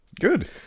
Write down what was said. Good